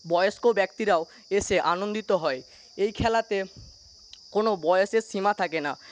বয়স্ক ব্যক্তিরাও এসে আনন্দিত হয় এই খেলাতে কোনো বয়সের সীমা থাকে না